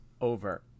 over